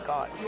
God